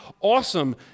Awesome